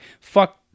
fuck